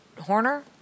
Horner